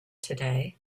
today